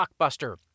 Blockbuster